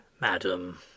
madam